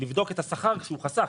לבדוק את השכר שהוא חסך.